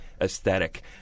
aesthetic